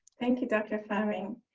thank you dr. flemming.